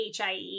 hie